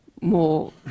more